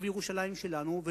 ובירושלים שלנו,